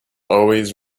always